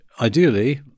ideally